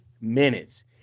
minutes